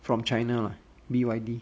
from china lah B_Y_D